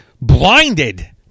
blinded